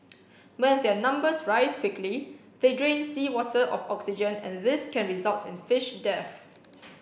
when their numbers rise quickly they drain seawater of oxygen and this can result in fish death